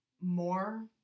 more